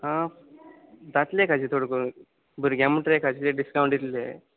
आं जात्लें एकादें चड करून भुरग्यां म्हणटकच एकादें डिसकावंट डिल्हे